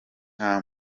nta